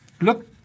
look